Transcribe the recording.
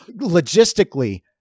logistically